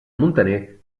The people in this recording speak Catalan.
muntaner